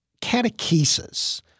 catechesis